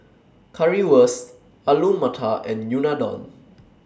Currywurst Alu Matar and Unadon